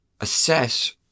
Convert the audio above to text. assess